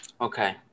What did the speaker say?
Okay